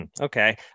Okay